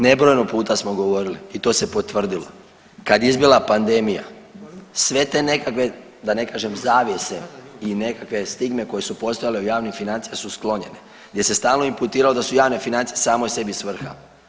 Nebrojeno puta smo govorili i to se potvrdilo, kad je izbila pandemija, sve te nekakve da ne kažem, zavjese i nekakve stigme koje su postojale u javnim financijama su sklonjene, gdje se stalno inputiralo da su javne financije samo sebi svrha.